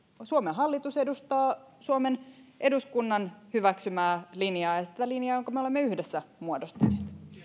suomen hallitus edustaa suomen eduskunnan hyväksymää linjaa sitä linjaa jonka me olemme yhdessä muodostaneet